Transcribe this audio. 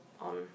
on